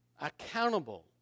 accountable